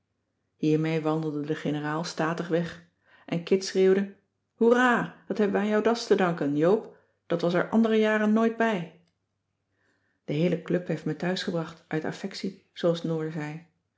hiermee wandelde de generaal statig weg en kit schreeuwde hoera dat hebben we aan jouw das te danken joop dat was er andere jaren nooit bij de heele club heeft me thuisgebracht uit affectie zooals noor zei